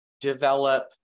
develop